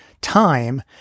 time